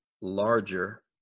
larger